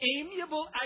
Amiable